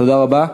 תודה רבה.